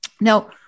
Now